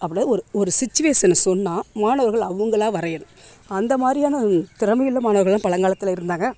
அப்டேயே ஒரு ஒரு சிச்சுவேஸனை சொன்னால் மாணவர்கள் அவங்களா வரையணும் அந்த மாதிரியான திறமையுள்ள மாணவர்களாம் பழங்காலத்தில் இருந்தாங்க